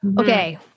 Okay